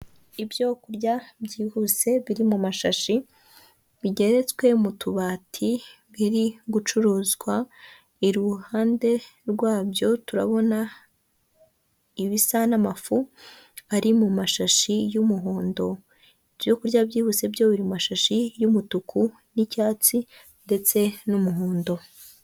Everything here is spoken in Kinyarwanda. Ibyo kurya byihuse biri mu mashashi bigeretswe mu tubati biri gucuruzwa. Iruhande rwabyo turabona ibisa n’amafu ari mu mashashi y’umuhondo. Ibyo kurya byihuse byo biri mu mashashi y’umutuku, n’icyatsi ndetse n’umuhondo.